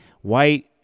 white